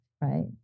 right